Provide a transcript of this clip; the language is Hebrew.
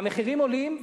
והמחירים עולים,